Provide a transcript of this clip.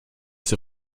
ses